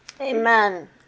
Amen